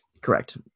Correct